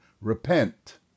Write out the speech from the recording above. repent